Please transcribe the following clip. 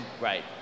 Right